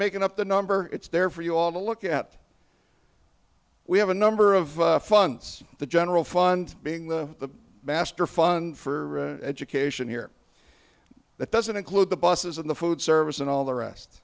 making up the number it's there for you all to look at we have a number of funds the general fund being the baster fund for education here that doesn't include the buses in the food service and all the rest